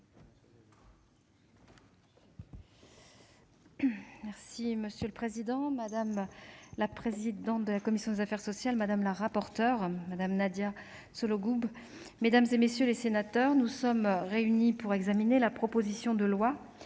Monsieur le président, madame la présidente de la commission des affaires sociales, madame la rapporteure, mesdames, messieurs les sénateurs, nous sommes réunis pour examiner la proposition de loi